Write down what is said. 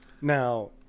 now